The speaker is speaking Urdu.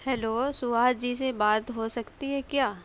ہیلو سبھاش جی سے بات ہو سکتی ہے کیا